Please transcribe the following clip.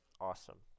Awesome